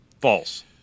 False